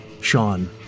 Sean